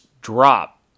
drop